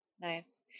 Nice